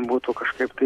būtų kažkaip tai